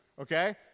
okay